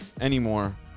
anymore